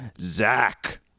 Zach